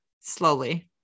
slowly